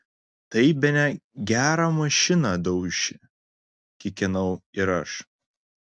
tai bene gerą mašiną dauši kikenau ir aš